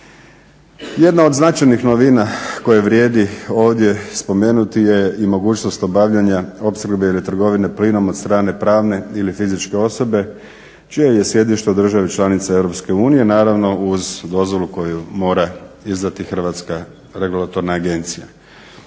Jedna od značajnih novina koje vrijedi ovdje spomenuti je i mogućnost obavljanja opskrbe ili trgovine plinom od strane pravne ili fizičke osobe čije je sjedište u državi članici EU, naravno uz dozvolu koju mora izdati Hrvatska regulatorna agencija.